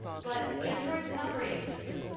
but android's an operating system.